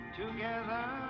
together